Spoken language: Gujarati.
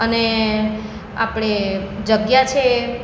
અને આપણે જગ્યા છે